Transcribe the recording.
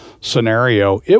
scenario